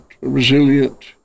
resilient